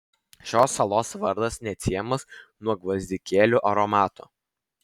šios salos vardas neatsiejamas nuo gvazdikėlių aromato